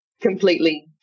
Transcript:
completely